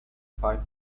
five